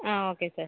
okay sir